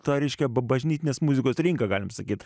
tą reiškia bažnytinės muzikos rinką galim sakyt